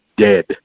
dead